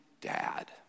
dad